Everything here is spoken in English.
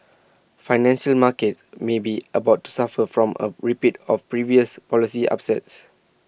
financial markets may be about to suffer from A repeat of previous policy upsets